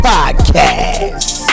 Podcast